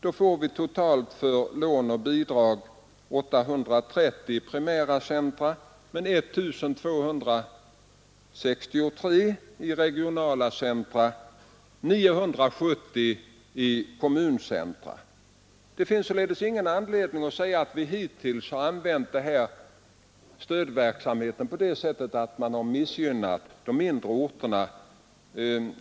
Då får vi totalt för lån och bidrag 830 kronor per invånare i primära centra, 1 263 kronor i regionala centra, 970 kronor per invånare i kommuncentra. Det finns således ingen anledning att säga att vi hittills har missgynnat de mindre orterna i stödverksamheten.